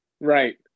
Right